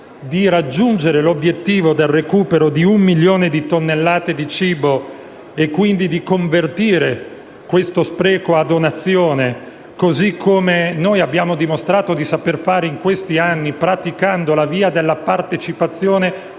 di raggiungere l'obiettivo del recupero di un milione di tonnellate di cibo e di convertire questo spreco in donazione, così come abbiamo dimostrato di saper fare in questi anni, praticando la via della partecipazione